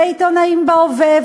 ועיתונאים בהווה,